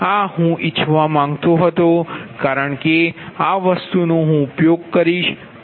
આ હું ઇચ્છવા માંગતો હતો કારણ કે આ વસ્તુનો હું ઉપયોગ કરીશ